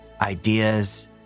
ideas